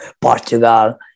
Portugal